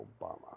Obama